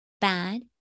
bad